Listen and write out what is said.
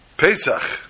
Pesach